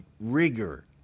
rigor